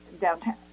downtown